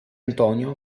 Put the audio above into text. antonio